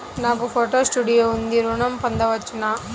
నాకు photo studio ఉంది ఋణం పొంద వచ్చునా?